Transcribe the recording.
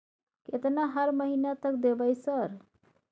केतना हर महीना तक देबय सर?